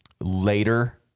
later